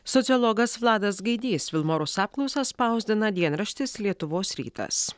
sociologas vladas gaidys vilmorus apklausą spausdina dienraštis lietuvos rytas